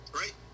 right